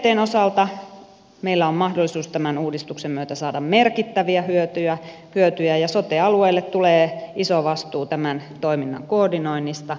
ictn osalta meillä on mahdollisuus tämän uudistuksen myötä saada merkittäviä hyötyjä ja sote alueille tulee iso vastuu tämän toiminnan koordinoinnista